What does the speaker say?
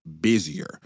busier